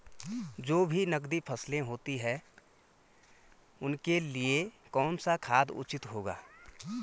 जो भी नकदी फसलें होती हैं उनके लिए कौन सा खाद उचित होगा?